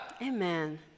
Amen